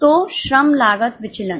तो श्रम लागत विचलन